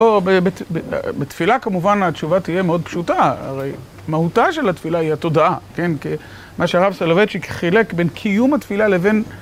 בתפילה כמובן התשובה תהיה מאוד פשוטה, הרי מהותה של התפילה היא התודעה, מה שהרב סולובייצ'יק חילק בין קיום התפילה לבין